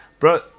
Bro